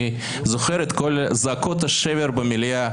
אני זוכר את כל זעקות השבר במליאה,